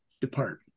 depart